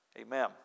Amen